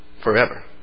forever